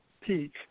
peak